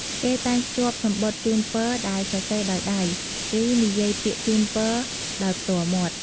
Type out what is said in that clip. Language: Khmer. គេតែងភ្ជាប់សំបុត្រជូនពរដែលសរសេរដោយដៃ ឬនិយាយពាក្យជូនពរដោយផ្ទាល់មាត់។